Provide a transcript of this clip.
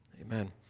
Amen